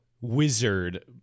wizard